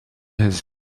has